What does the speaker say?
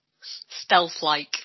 Stealth-like